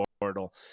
portal